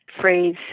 phrase